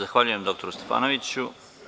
Zahvaljujem doktoru Stefanoviću.